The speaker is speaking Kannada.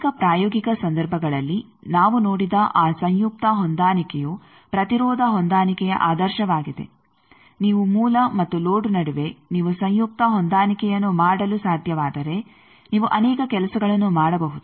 ಅನೇಕ ಪ್ರಾಯೋಗಿಕ ಸಂದರ್ಭಗಳಲ್ಲಿ ನಾವು ನೋಡಿದ ಆ ಸಂಯುಕ್ತ ಹೊಂದಾಣಿಕೆಯು ಪ್ರತಿರೋಧ ಹೊಂದಾಣಿಕೆಯ ಆದರ್ಶವಾಗಿದೆ ನೀವು ಮೂಲ ಮತ್ತು ಲೋಡ್ ನಡುವೆ ನೀವು ಸಂಯುಕ್ತ ಹೊಂದಾಣಿಕೆಯನ್ನು ಮಾಡಲು ಸಾಧ್ಯವಾದರೆ ನೀವು ಅನೇಕ ಕೆಲಸಗಳನ್ನು ಮಾಡಬಹುದು